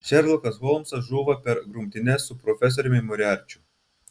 šerlokas holmsas žūva per grumtynes su profesoriumi moriarčiu